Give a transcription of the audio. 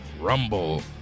Rumble